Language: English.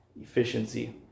efficiency